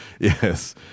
yes